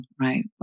right